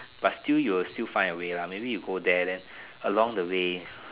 but still you will still find a way lah maybe you go there then along the way